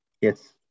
Yes